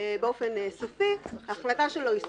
באופן סופי ההחלטה שלו היא סופית.